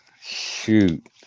Shoot